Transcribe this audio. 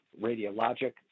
radiologic